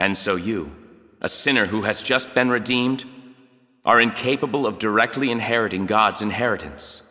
and so you a sinner who has just been redeemed are incapable of directly inheriting god's inheritance